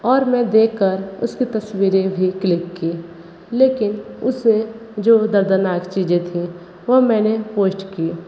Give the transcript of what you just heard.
और मैं देख कर उसकी तस्वीरें भी क्लिक की लेकिन उससे जो दर्दनाक चीज़ें थी वह मैंने पोस्ट की